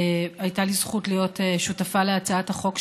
הייתה לי זכות להיות שותפה להצעת החוק שלה,